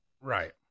Right